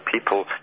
people